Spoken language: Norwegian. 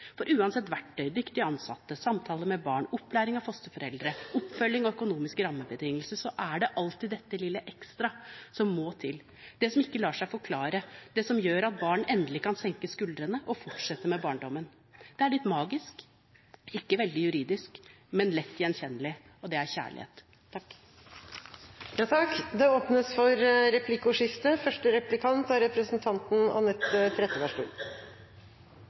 For uansett verktøy, dyktige ansatte, samtaler med barn, opplæring av fosterforeldre, oppfølging og økonomiske rammebetingelser er det alltid dette lille ekstra som må til, det som ikke lar seg forklare, det som gjør at barn endelig kan senke skuldrene og fortsette med barndommen. Det er litt magisk, ikke veldig juridisk, men lett gjenkjennelig – det er kjærlighet. Det blir replikkordskifte.